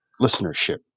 listenership